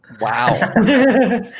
Wow